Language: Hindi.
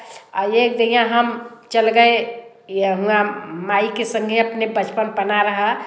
और एक जगह हम चल गए यह वहाँ माई के संगे अपने बचपन बना रहा